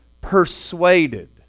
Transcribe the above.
persuaded